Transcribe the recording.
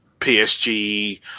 PSG